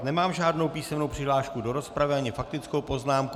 Nemám žádnou písemnou přihlášku do rozpravy ani faktickou poznámku.